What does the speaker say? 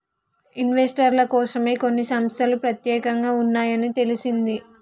ఇన్వెస్టర్ల కోసమే కొన్ని సంస్తలు పెత్యేకంగా ఉన్నాయని తెలిసింది